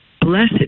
Blessed